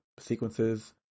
sequences